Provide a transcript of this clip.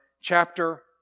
Chapter